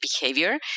behavior